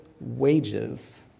wages